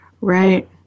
Right